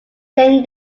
jayne